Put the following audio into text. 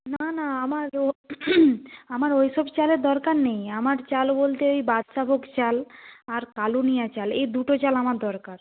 না না আমার ও আমার ওই সব চালের দরকার নেই আমার চাল বলতে এই বাদশাভোগ চাল আর কালুনিয়া চাল এই দুটো চাল আমার দরকার